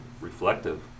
reflective